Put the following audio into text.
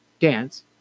dance